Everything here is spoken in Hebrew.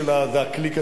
זה הקליקה שלה,